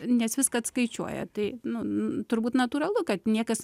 nes viską atskaičiuoja tai nu turbūt natūralu kad niekas